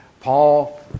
Paul